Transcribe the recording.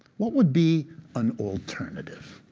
what would be an alternative?